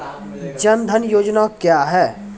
जन धन योजना क्या है?